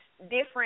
different